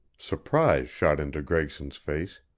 surprise shot into gregson's face.